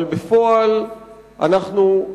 אבל בפועל אנחנו רואים,